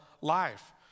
life